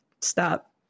stop